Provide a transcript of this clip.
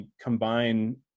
combine